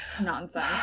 nonsense